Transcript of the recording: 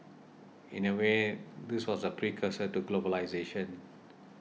in a way this was the precursor to globalisation